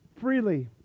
freely